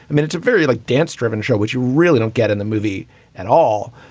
i mean, it's a very like dance driven show, which you really don't get in the movie at all.